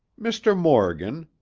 mr. morgan,